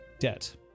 debt